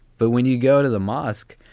but when you go to the mosque,